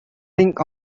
think